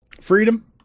Freedom